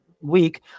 week